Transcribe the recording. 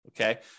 Okay